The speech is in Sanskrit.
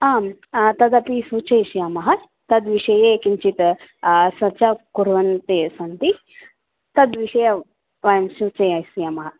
आं तदपि सूचयिष्यामः तद्विषये किञ्चित् चर्चा कुर्वन्तः सन्ति तद्विषये वयं सूचयिष्यामः